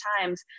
times